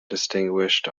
distinguished